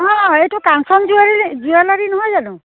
অঁ এইটো কাঞ্চন জুৱেলাৰী নহয় জানো